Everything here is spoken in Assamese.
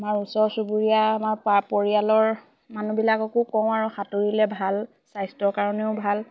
আমাৰ ওচৰ চুবুৰীয়া আমাৰ প পৰিয়ালৰ মানুহবিলাককো কওঁ আৰু সাঁতুৰিলে ভাল স্বাস্থ্যৰ কাৰণেও ভাল